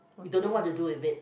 you don't know what to do with it